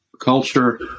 culture